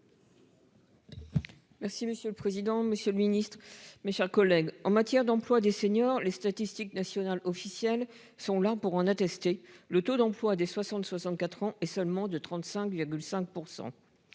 Merci monsieur le président, Monsieur le Ministre, mes chers collègues, en matière d'emploi des seniors, les statistiques nationales officielles sont là pour en attester. Le taux d'emploi des 60 64 ans et seulement de 35,5%.